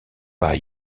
pas